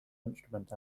instrument